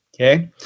Okay